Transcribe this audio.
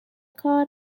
کار